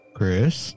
Chris